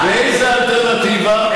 באיזו אלטרנטיבה.